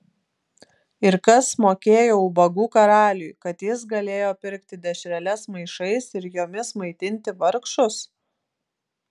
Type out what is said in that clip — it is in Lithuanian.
ir kas mokėjo ubagų karaliui kad jis galėjo pirkti dešreles maišais ir jomis maitinti vargšus